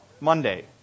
Monday